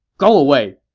go away!